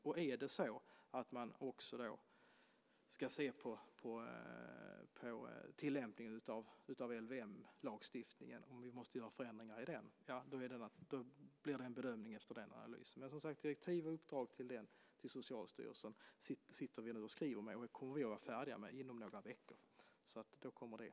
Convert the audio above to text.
Om vi också ska titta på om vi måste göra förändringar i tillämpningen av LVM blir det en bedömning efter den analysen. Men som sagt, direktiven för detta uppdrag till Socialstyrelsen sitter vi nu och skriver. Det kommer vi att vara färdiga med inom några veckor, så då kommer det.